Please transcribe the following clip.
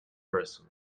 person